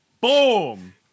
Boom